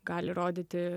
gali rodyti